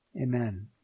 Amen